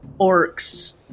orcs